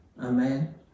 Amen